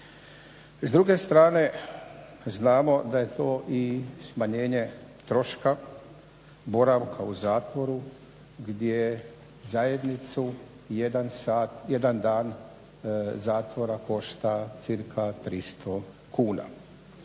S druge strane znamo da je to i smanjenje troška boravka u zatvoru gdje zajednicu jedan dan zatvora košta cirka 300 kuna,